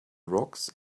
rocks